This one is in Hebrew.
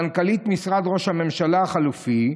מנכ"לית משרד ראש הממשלה החלופי,